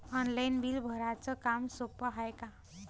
Online bill भराच काम सोपं हाय का?